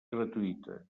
gratuïta